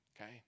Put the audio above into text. okay